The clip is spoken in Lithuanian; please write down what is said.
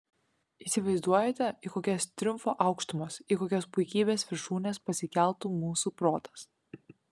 įsivaizduojate į kokias triumfo aukštumas į kokias puikybės viršūnes pasikeltų mūsų protas